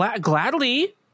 Gladly